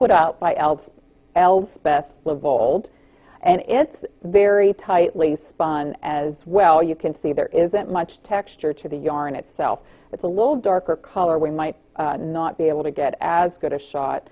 old and it's very tightly spun as well you can see there isn't much texture to the yarn itself it's a little darker color we might not be able to get as good a shot